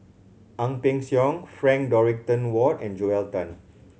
Ang Peng Siong Frank Dorrington Ward and Joel Tan